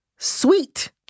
Sweet